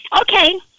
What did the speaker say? Okay